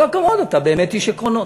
כל הכבוד, אתה באמת איש עקרונות.